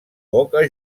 boca